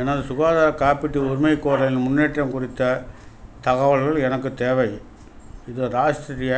எனது சுகாதார காப்பீட்டு உரிமைகோரலின் முன்னேற்றம் குறித்த தகவல்கள் எனக்கு தேவை இது ராஷ்டிரிய